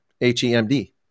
H-E-M-D